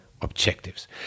objectives